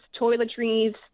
toiletries